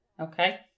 Okay